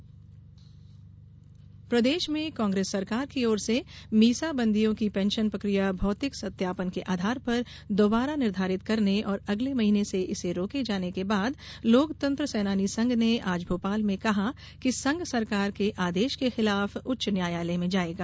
मीसाबंदी प्रदेश में कांग्रेस सरकार की ओर से मीसाबंदियों की पेंशन प्रक्रिया भौतिक सत्यापन के आधार पर दोबारा निर्धारित करने और अगले महीने से इसे रोके जाने के बाद लोकतंत्र सेनानी संघ ने आज भोपाल में कहा कि संघ सरकार के आदेश के खिलाफ उच्च न्यायालय में जाएगा